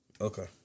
Okay